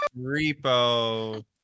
Repo